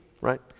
right